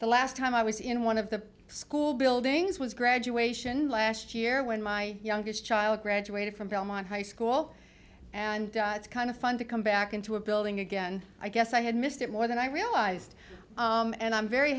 the last time i was in one of the school buildings was graduation last year when my youngest child graduated from belmont high school and it's kind of fun to come back into a building again i guess i had missed it more than i realized and i'm very